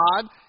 God